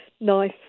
nice